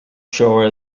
shore